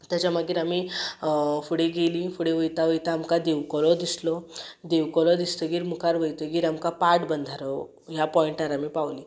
तेज्या मागीर आमी फुडें गेलीं फुडें वयता वयता आमकां देवकोरो दिसलो देवकोरो दिसतगीर मुखार वयतगीर आमकां पाठ बंधारो ह्या पॉयंटार आमी पावलीं